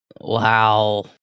Wow